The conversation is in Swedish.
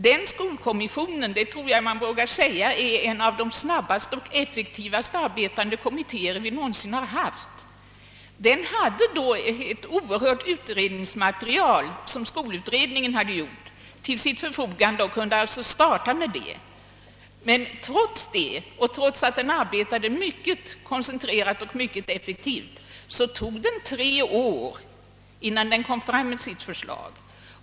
Jag tror man vågar säga att denna skolkommission var en av de snabbast och effektivast arbetande kommittéer vi någonsin haft. Den hade visserligen ett oerhört omfattande utredningsmaterial, som skolutredningen gjort, till sitt förfogande och kunde alltså arbeta med detta som underlag. Trots det och trots att den arbetade mycket koncentrerat och mycket effektivt, tog det tre år innan den framlade sitt förslag.